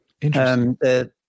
Interesting